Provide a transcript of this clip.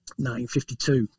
1952